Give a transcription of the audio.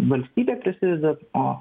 valstybė prisideda o